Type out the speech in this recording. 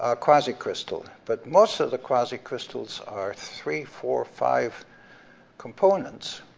ah quasicrystal, but most of the quasicrystals are three, four, five components,